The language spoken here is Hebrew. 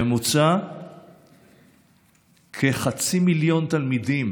בממוצע כחצי מיליון תלמידים